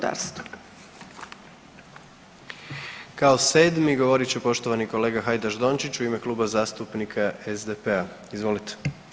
Kao 7. govorit će poštovani kolega Hajdaš Dončić u ime Kluba zastupnika SDP-a, izvolite.